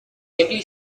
heavily